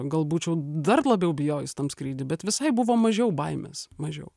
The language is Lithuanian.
gal būčiau dar labiau bijojus tam skrydy bet visai buvo mažiau baimės mažiau